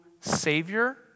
Savior